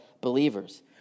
believers